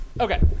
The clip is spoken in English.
Okay